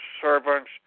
servants